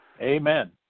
Amen